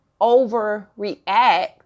overreact